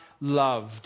loved